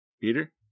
Peter